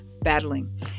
battling